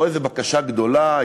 לא איזו בקשה גדולה,